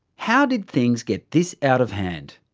how did things get this out of hand?